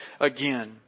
again